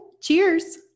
Cheers